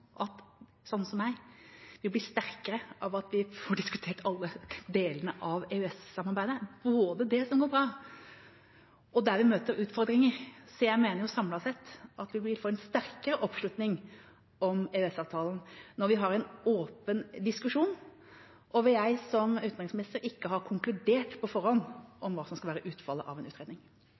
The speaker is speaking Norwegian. sterkere av at vi får diskutert alle delene av EØS-samarbeidet, både det som går bra, og der vi møter utfordringer. Så jeg mener samlet sett at vi vil få en sterkere oppslutning om EØS-avtalen når vi har en åpen diskusjon – og hvor jeg som utenriksminister ikke har konkludert på forhånd om hva som skal være utfallet av en utredning.